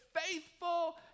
faithful